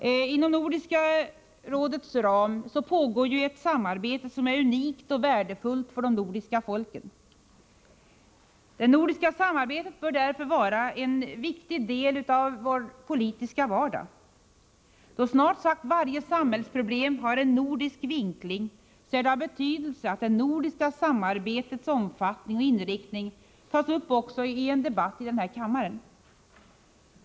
Inom Nordiska rådets ram pågår ett samarbete som är unikt och värdefullt för de nordiska folken. Det nordiska samarbetet bör därför vara en del av vår politiska vardag. Då snart sagt varje samhällsproblem har en nordisk vinkling, är det av betydelse att det nordiska samarbetets omfattning och inriktning tas upp till debatt i denna kammare.